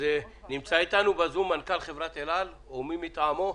נמצא אתנו בזום מנכ"ל חברת אל על או מי מטעמו,